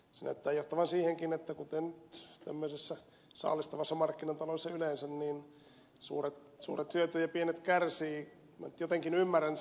se näyttää johtavan siihenkin kuten tämmöisessä saalistavassa markkinataloudessa yleensä että suuret hyötyvät ja pienet kärsivät